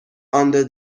under